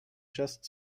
just